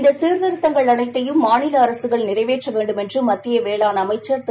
இந்த சீர்திருத்தங்கள் அனைத்தையும் மாநில அரசுகள் நிறைவேற்ற வேண்டும் என்று மத்திய வேளாண் அமைச்சர் திரு